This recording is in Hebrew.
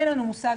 אין לנו מושג,